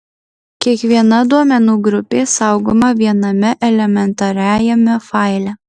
kiekviena duomenų grupė saugoma viename elementariajame faile